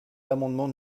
l’amendement